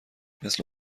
مثل